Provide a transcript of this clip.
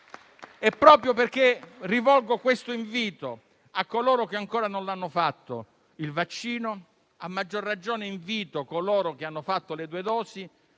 E proprio perché rivolgo questo invito a coloro che ancora non hanno fatto il vaccino, a maggior ragione invito coloro che hanno fatto le due dosi